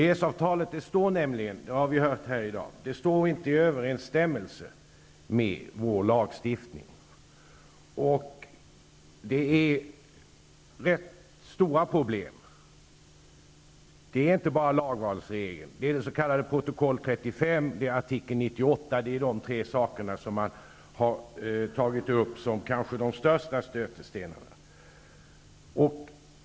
EES-avtalet står nämligen -- det har vi hört här i dag -- inte i överensstämmelse med vår lagstiftning, vilket skapar rätt stora problem. Det gäller inte bara lagvalsregeln utan också det s.k. protokoll 35 och artikel 98. Dessa tre frågor har tagits upp som de kanske största stötestenarna.